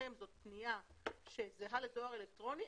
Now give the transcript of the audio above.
מבחינתכם זו פניה שזהה לדואר אלקטרוני,